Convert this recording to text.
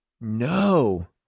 No